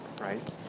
right